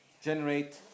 generate